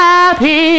Happy